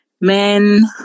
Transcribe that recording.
men